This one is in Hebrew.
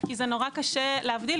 כי זה נורא קשה להבדיל.